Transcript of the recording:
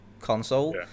console